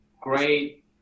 great